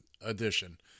edition